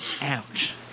ouch